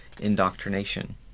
indoctrination